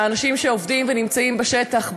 לאנשים שעובדים ונמצאים בשטח.